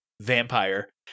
vampire